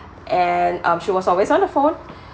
and um she was always on the phone